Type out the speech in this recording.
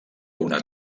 una